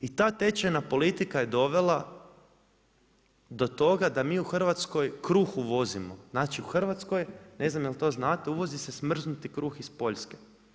I ta tečajna politika je dovela do toga da mi u Hrvatskoj kruh uvozimo, znači u Hrvatskoj, ne znam jel to znate uvozi se smrznuti kruh iz Poljske.